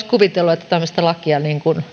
kuvitellut että tämmöistä lakia